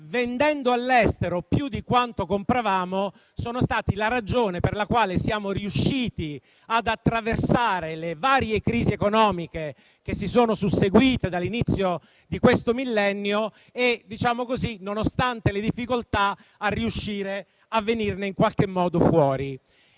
vendendo all'estero più di quanto compravamo, sono state la ragione per la quale siamo riusciti ad attraversare le varie crisi economiche che si sono susseguite dall'inizio di questo millennio. In questo modo, nonostante le difficoltà, siamo riusciti a venirne fuori in qualche maniera.